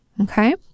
okay